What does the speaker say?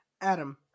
Adam